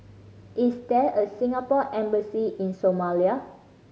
is there a Singapore Embassy in Somalia